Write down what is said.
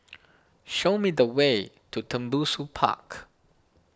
show me the way to Tembusu Park